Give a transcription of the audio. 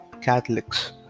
Catholics